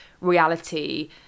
reality